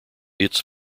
its